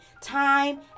time